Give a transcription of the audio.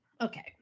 Okay